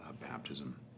baptism